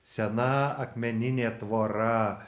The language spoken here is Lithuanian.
sena akmeninė tvora